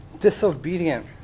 disobedient